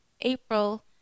April